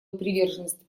приверженность